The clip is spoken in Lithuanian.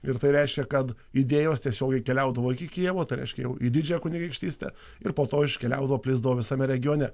ir tai reiškia kad idėjos tiesiogiai keliaudavo iki kijevo tai reiškia į didžiąją kunigaikštystę ir po to iškeliaudavo plisdavo visame regione